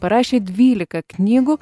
parašė dvylika knygų